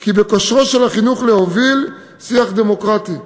כי בכושרו של החינוך להוביל שיח דמוקרטי.